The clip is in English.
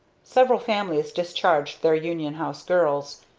several families discharged their union house girls.